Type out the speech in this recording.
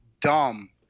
dumb